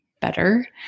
better